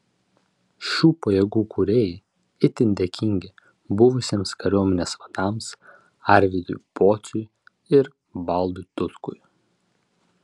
šių pajėgų kūrėjai itin dėkingi buvusiems kariuomenės vadams arvydui pociui ir valdui tutkui